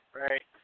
right